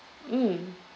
mm